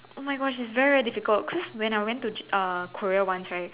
oh my Gosh it's very very difficult cause when I went to j~ uh Korea once right